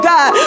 God